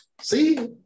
See